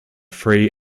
free